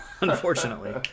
unfortunately